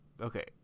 okay